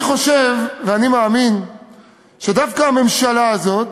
אני חושב ואני מאמין שדווקא הממשלה הזאת